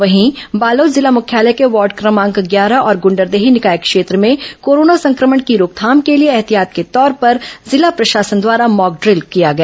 वहीं बालोद जिला मुख्यालय के वार्ड क्रमांक ग्यारह और गुंडरदेही निकाय क्षेत्र में कोरोना संक्रमण की रोकथाम के लिए एहतियात के तौर पर जिला प्रशासन द्वारा मॉकड्रिल किया गया